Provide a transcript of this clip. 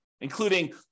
including